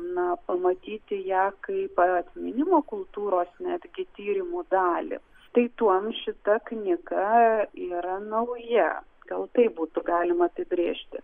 na pamatyti ją kaip atminimo kultūros netgi tyrimų dalį štai tuom šita knyga yra nauja gal taip būtų galima apibrėžti